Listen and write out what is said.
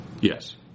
Yes